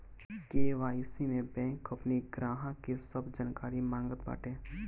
KYC में bank अपनी ग्राहक के सब जानकारी मांगत बाटे